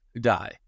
die